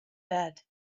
bed